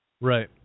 Right